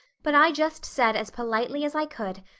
but i just said as politely as i could,